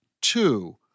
two